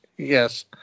Yes